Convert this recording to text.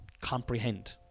comprehend